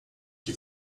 que